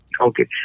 Okay